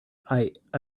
i—i